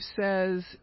says